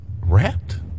wrapped